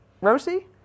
Rosie